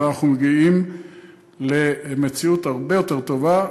אבל אנחנו מגיעים למציאות הרבה יותר טובה,